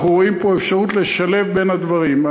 אנחנו רואים פה אפשרות לשלב בין שני הדברים.